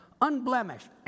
unblemished